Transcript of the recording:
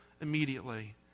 immediately